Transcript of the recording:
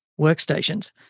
workstations